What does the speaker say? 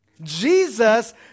Jesus